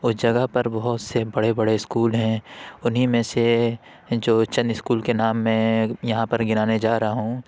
اس جگہ پر بہت سے بڑے بڑے اسکول ہیں انہیں میں سے جو چند اسکول کے نام میں یہاں پر گنانے جا رہا ہوں